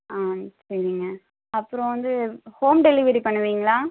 ஆ சரிங்க அப்றம் வந்து ஹோம் டெலிவரி பண்ணுவீங்களா